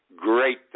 Great